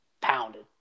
pounded